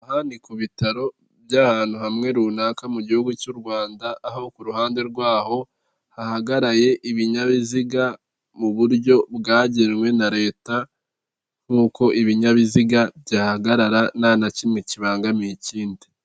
Aha ni ku bitaro by'ahantu hamwe runaka mu gihugu cy'u rwanda, aho ku ruhande rw'aho hagarariye ibinyabiziga mu buryo bwagenwe na leta, nk'uko ibinyabiziga byahagarara nta na kimwe kibangamiye ikindi.